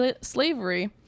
slavery